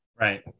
Right